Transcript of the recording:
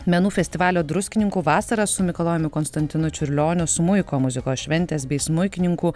menų festivalio druskininkų vasara su mikalojumi konstantinu čiurlioniu smuiko muzikos šventės bei smuikininkų